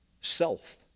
self